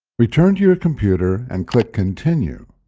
return to your computer, and click continue.